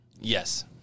Yes